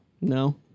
No